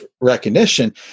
recognition